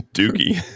Dookie